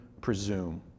presume